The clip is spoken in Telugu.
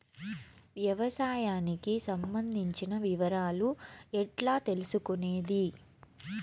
వ్యవసాయానికి సంబంధించిన వివరాలు ఎట్లా తెలుసుకొనేది?